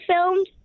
filmed